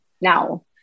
now